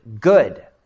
good